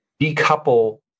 decouple